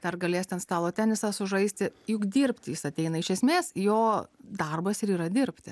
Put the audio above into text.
dar galės ten stalo tenisą sužaisti juk dirbti jis ateina iš esmės jo darbas ir yra dirbti